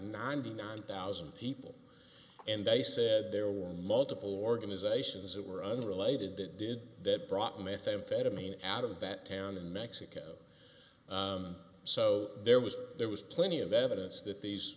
ninety nine thousand people and they said there were multiple organizations that were unrelated that did that brought methamphetamine out of that town in mexico so there was there was plenty of evidence that these